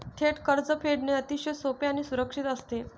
थेट कर्ज फेडणे अतिशय सोपे आणि सुरक्षित असते